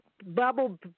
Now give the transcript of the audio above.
Bubble